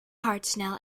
hartnell